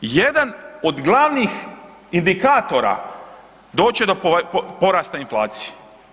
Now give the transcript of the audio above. Jedan od glavnih indikatora, doći će do porasta inflacije.